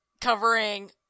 Covering